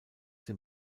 dem